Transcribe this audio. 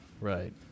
right